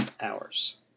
hours